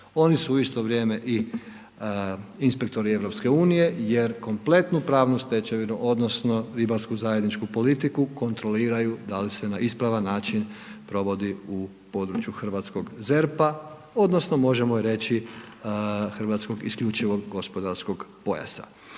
oni su u isto vrijeme i inspektori EU jer kompletnu pravnu stečevinu odnosno ribarsku zajedničku politiku kontroliraju da li se na ispravan način provodi u području hrvatskog ZERP-a odnosno možemo reći hrvatskog isključivog gospodarskog pojasa.